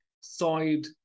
side